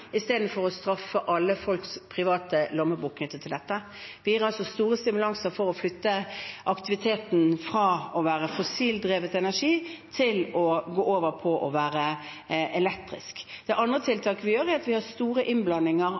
istedenfor å straffe alle folks private lommebok knyttet til dette. Vi gir altså store stimulanser for å flytte aktiviteten fra fossildrevet energi til elektrisk. Det andre tiltaket vi gjør, er at vi har store innblandinger